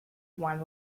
one